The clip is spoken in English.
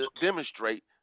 demonstrate